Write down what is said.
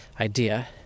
idea